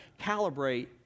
calibrate